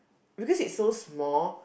because it's so small